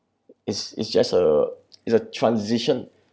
it's it's just a it's a transition